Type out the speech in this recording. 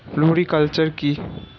Floriculture কি?